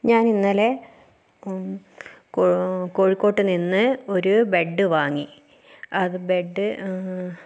ഞാനിന്നലെ കോ കോഴിക്കോട്ട് നിന്ന് ഒരു ബെഡ് വാങ്ങി അത് ബെഡ്